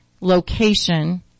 location